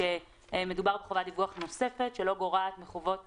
שמדובר בחובת דיווח נוספת שלא גורעת מחובות